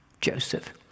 Joseph